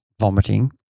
vomiting